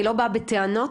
אני לא באה בטענות,